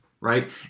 right